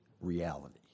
reality